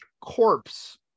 corpse